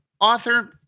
author